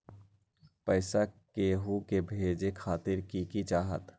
पैसा के हु के भेजे खातीर की की चाहत?